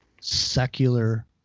secular